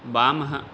वामः